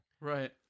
right